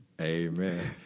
Amen